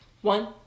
one